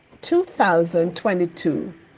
2022